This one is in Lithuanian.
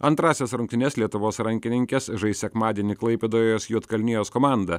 antrąsias rungtynes lietuvos rankininkės žais sekmadienį klaipėdoje su juodkalnijos komanda